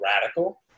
radical